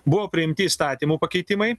buvo priimti įstatymų pakeitimai